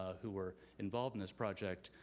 who were involved in this project,